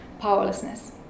powerlessness